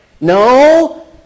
No